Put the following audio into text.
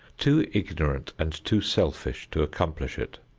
too ignorant and too selfish to accomplish it.